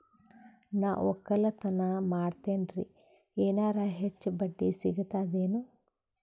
ನಾ ಒಕ್ಕಲತನ ಮಾಡತೆನ್ರಿ ಎನೆರ ಹೆಚ್ಚ ಬಡ್ಡಿ ಸಿಗತದೇನು?